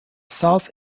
south